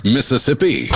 Mississippi